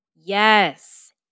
Yes